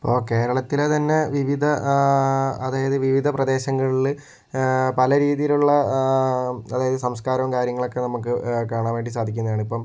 ഇപ്പോൾ കേരളത്തിലെ തന്നെ വിവിധ അതായത് വിവിധ പ്രദേശങ്ങളില് പല രീതിയിലുള്ള അതായിത് സംസ്കാരവും കാര്യങ്ങളൊക്കെ നമുക്ക് കാണാൻ വേണ്ടി സാധിക്കുന്നതാണ് ഇപ്പോൾ